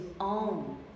own